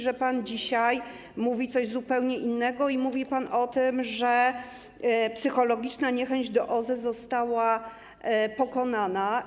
że pan dzisiaj mówi coś zupełnie innego i mówi pan o tym, że psychologiczna niechęć do OZE została pokonana.